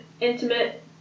intimate